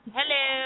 Hello